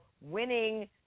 Winning